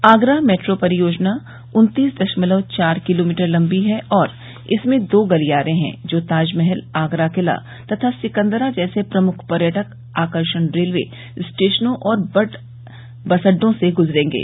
Agra metro परियोजना उन्तीस दशमलव चार किलोमीटर लंबी है और इसमें दो गलियारे हैं जो ताजमहल आगरा किला तथा सिकंदरा जैसे प्रमुख पर्यटक आकर्षण रेलवे स्टेशनों और बस अड्डों से जुडेंगे